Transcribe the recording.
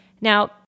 Now